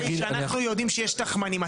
אנחנו יודעים שיש תחמנים.